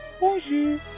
Bonjour